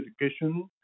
education